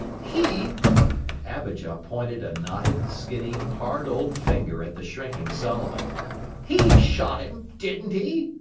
he and abijah pointed a knotted, skinny, hard old finger at the shrinking solomon he shot him, didn't he?